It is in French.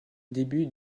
début